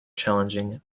challenging